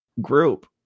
group